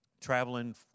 traveling